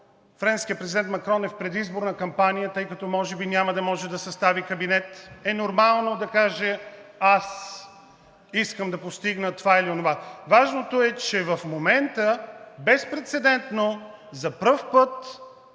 френският президент Макрон е в предизборна кампания, тъй като може би няма да може да състави кабинет, е нормално да каже: аз искам да постигна това или онова. Важното е, че в момента безпрецедентно, за пръв път